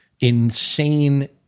insane